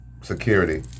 security